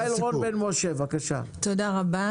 יעל רון בן משה (כחול לבן): תודה רבה